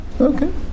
Okay